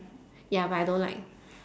ya but I don't like